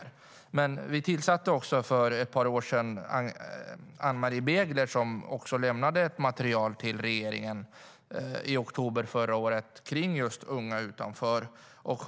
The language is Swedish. Den tidigare regeringen tillsatte för ett par år sedan en utredare, Ann-Marie Begler, som också lämnade ett material till regeringen i oktober förra året om unga utanför arbetsmarknaden.